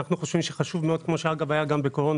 חשוב מאוד כפי שהיה גם חלקית בקורונה